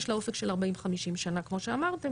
יש לה אופק של 40-50 שנים כמו שאמרתם,